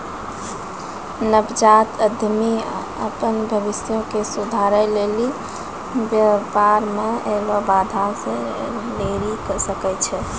नवजात उद्यमि अपन भविष्य के सुधारै लेली व्यापार मे ऐलो बाधा से लरी सकै छै